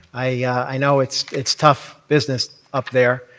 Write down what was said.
i know it's it's tough business up there.